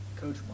coach